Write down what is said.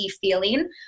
feeling